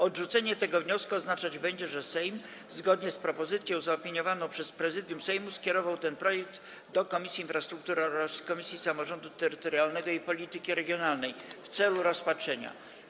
Odrzucenie tego wniosku oznaczać będzie, że Sejm zgodnie z propozycją zaopiniowaną przez Prezydium Sejmu skierował ten projekt ustawy do Komisji Infrastruktury oraz Komisji Samorządu Terytorialnego i Polityki Regionalnej w celu rozpatrzenia.